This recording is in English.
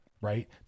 right